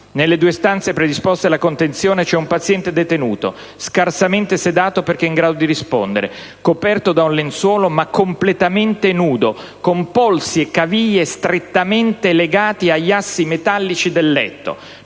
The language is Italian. Nelle due stanze predisposte alla contenzione c'è un paziente detenuto scarsamente sedato (perché in grado di rispondere), coperto da un lenzuolo ma completamente nudo, con polsi e caviglie strettamente legati agli assi metallici del letto;